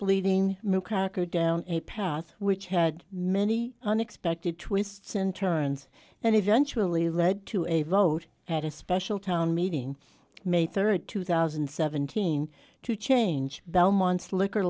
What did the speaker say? leading crocker down a path which had many unexpected twists and turns and eventually led to a vote at a special town meeting may third two thousand and seventeen to change belmont's liquor